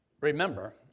remember